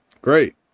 Great